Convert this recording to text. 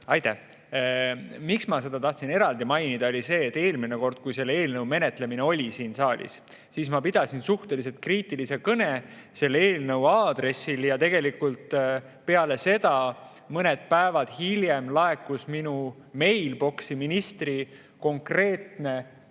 läbi? Aitäh! Ma tahtsin seda eraldi mainida, sest eelmine kord, kui selle eelnõu menetlemine oli siin saalis, ma pidasin suhteliselt kriitilise kõne selle eelnõu aadressil ja peale seda, mõned päevad hiljem laekus minu meilboksi ministrilt konkreetne